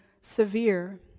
severe